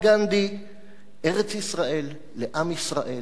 "ארץ ישראל לעם ישראל על-פי תורת ישראל".